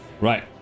right